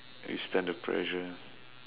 withstand the pressure